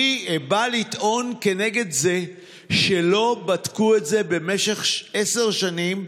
אני בא לטעון כנגד זה שלא בדקו את זה במשך עשר שנים,